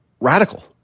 Radical